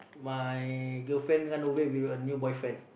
my girlfriend run away with a new boyfriend